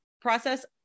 process